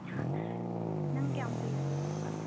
ꯅꯪ ꯀꯌꯥꯝ ꯀꯨꯏꯔꯒꯦ ꯆꯠꯄ